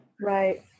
Right